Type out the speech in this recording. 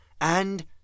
And